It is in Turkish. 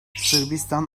sırbistan